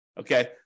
Okay